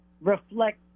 reflect